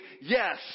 yes